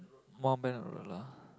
more lah